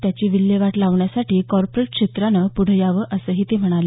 त्याची विल्हेवाट लावण्यासाठी कॉर्पोरेट क्षेत्रानं पुढं यावं असंही ते म्हणाले